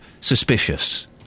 Suspicious